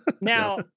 Now